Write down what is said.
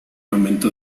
aumento